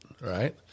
Right